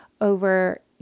over